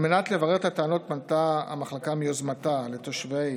על מנת לברר את הטענות פנתה המחלקה מיוזמתה לתושבי